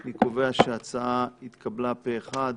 אני קובע שההצעה התקבלה פה אחד.